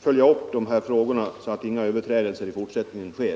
följa upp dessa frågor så att inga överträdelser i fortsättningen sker.